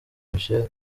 michel